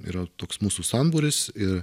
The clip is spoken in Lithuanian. yra toks mūsų sambūris ir